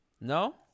No